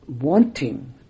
wanting